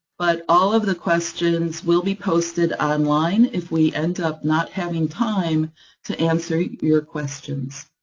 but all of the questions will be posted online, if we end up not having time to answer your questions.